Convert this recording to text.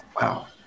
Wow